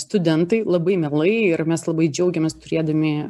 studentai labai mielai ir mes labai džiaugiamės turėdami